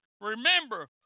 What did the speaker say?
Remember